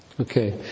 Okay